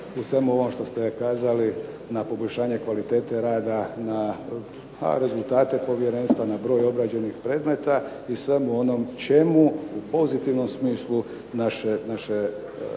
u svemu ovom što ste kazali na poboljšanje kvalitete rada, na rezultate povjerenstva, na broj obrađenih predmeta, i svemu onom čemu u pozitivnom smislu naše